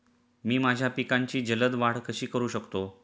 मी माझ्या पिकांची जलद वाढ कशी करू शकतो?